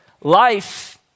life